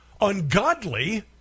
ungodly